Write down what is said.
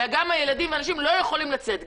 גם הילדים והאנשים לא יכולים לצאת.